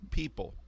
people